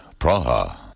Praha